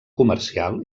comercial